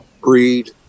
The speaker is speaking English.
breed